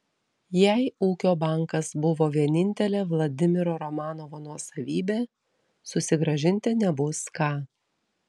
jei ūkio bankas buvo vienintelė vladimiro romanovo nuosavybė susigrąžinti nebus ką